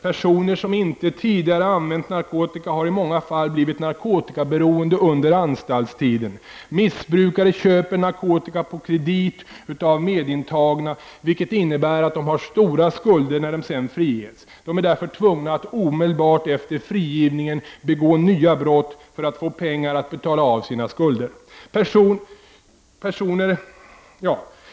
Personer som inte tidigare har använt narkotika har i många fall blivit narkotikaberoende under anstaltstiden. Missbrukare köper narkotika på kredit av medintagna, vilket innebär att de har stora skulder när de friges. De är därför tvungna att omedelbart efter frigivningen begå nya brott för att få pengar till att betala av sina skulder.